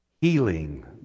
Healing